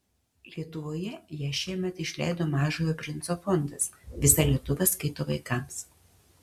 lietuvoje ją šiemet išleido mažojo princo fondas visa lietuva skaito vaikams